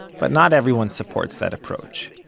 but not everyone supports that approach.